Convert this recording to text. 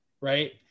right